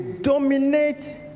dominate